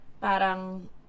Parang